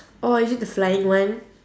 oh is it the flying one